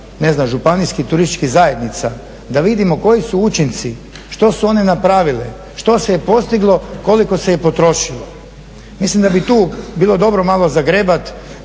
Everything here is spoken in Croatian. županijskih turističkih zajednica da vidimo koji su učinci, što su one napravile, što se postiglo, koliko se potrošilo. Mislim da bi tu bilo dobro malo zagrebat